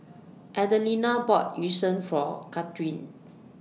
Adelina bought Yu Sheng For Kathryn